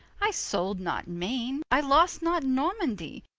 i sold not maine, i lost not normandie,